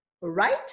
right